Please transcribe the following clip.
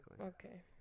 okay